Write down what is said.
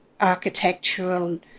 architectural